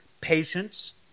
Patience